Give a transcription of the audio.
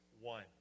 one